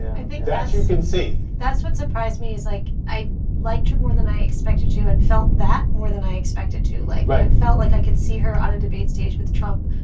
i think that you can see that's what surprised me is like i liked her more than i expected to and felt that more than i expected to. like right. felt like i could see her on a debate stage with trump,